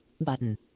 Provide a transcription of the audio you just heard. button